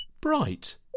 Bright